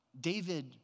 David